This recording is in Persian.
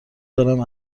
دارم